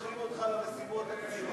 תמיד שולחים אותך למשימות הקשות?